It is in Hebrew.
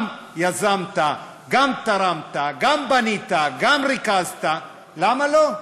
גם יזמת, גם תרמת, גם בנית, גם ריכזת, למה לא?